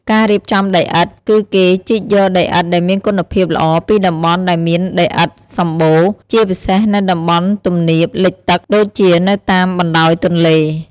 ការរៀបចំដីឥដ្ឋ គឺគេជីកយកដីឥដ្ឋដែលមានគុណភាពល្អពីតំបន់ដែលមានដីឥដ្ឋសម្បូរ ជាពិសេសនៅតំបន់ទំនាបលិចទឹក ដូចជានៅតាមបណ្តោយទន្លេ។